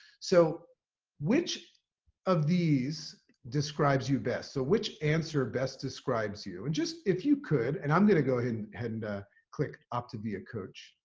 so which of these describes you best? so which answer best describes you. and just if you could. and i'm going to go ahead and click optavia coach.